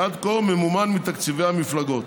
שעד כה ממומן מתקציבי המפלגות.